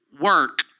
work